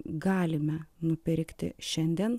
galime nupirkti šiandien